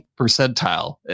percentile